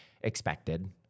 expected